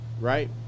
right